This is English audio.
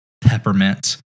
Peppermint